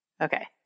Okay